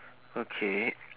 okay